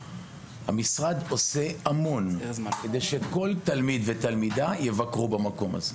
המשרד עושה המון על מנת שכל תלמיד ותלמידה יבקרו במקום הזה.